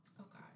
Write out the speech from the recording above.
Okay